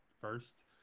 first